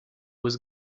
was